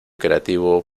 creativo